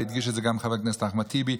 והדגיש את זה גם חבר הכנסת אחמד טיבי: